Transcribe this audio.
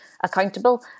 accountable